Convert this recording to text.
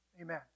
amen